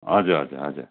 हजुर हजुर हजुर